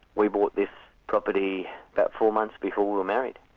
we bought this property about four months before we were married,